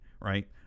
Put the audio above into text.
right